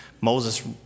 Moses